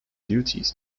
duties